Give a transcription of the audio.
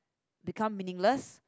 become meaningless